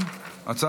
שמונה, שני מתנגדים.